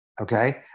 okay